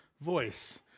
voice